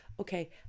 okay